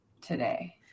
Today